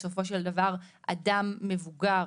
הסיבה לאדם מבוגר